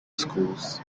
schools